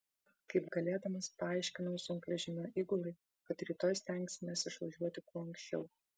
kaip galėdamas paaiškinau sunkvežimio įgulai kad rytoj stengsimės išvažiuoti kuo anksčiau